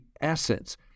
essence